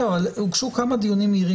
זה דיון מהיר.